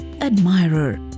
admirer